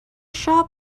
shop